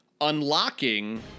unlocking